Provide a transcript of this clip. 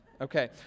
Okay